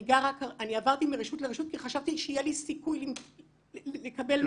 אני עברתי מרשות לרשות כי חשבתי שיהיה לי סיכוי לקבל מענה.